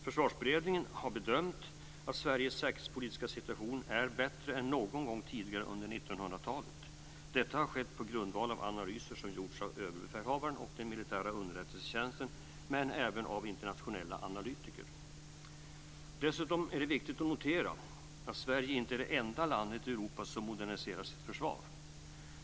Försvarsberedningen har bedömt att Sveriges säkerhetspolitiska situation är bättre än någon gång tidigare under 1900-talet. Detta har skett på grundval av analyser som gjorts av överbefälhavaren och den militära underrättelsetjänsten men även av internationella analytiker. Dessutom är det viktigt att notera att Sverige inte är det enda landet i Europa som moderniserar sitt försvar.